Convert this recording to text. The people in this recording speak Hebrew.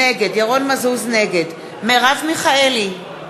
נגד מרב מיכאלי,